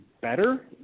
better